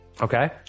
Okay